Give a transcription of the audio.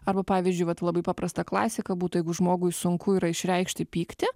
arba pavyzdžiui vat labai paprasta klasika būtų jeigu žmogui sunku yra išreikšti pyktį